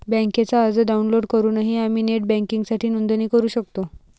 बँकेचा अर्ज डाउनलोड करूनही आम्ही नेट बँकिंगसाठी नोंदणी करू शकतो